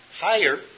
higher